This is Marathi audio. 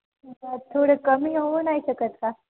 थोडे कमी होऊ नाही शकत का